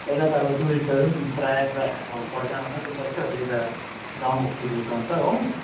पहिले त अब टुरिस्टहरू पनि प्रायः प्रायः अब बजारमा मात्रै बस्छ अहिले त गाउँबस्ती रुचाउँछ हो